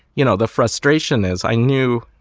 you know, the frustration is i knew.